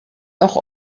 noch